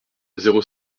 zéro